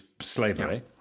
slavery